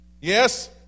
Yes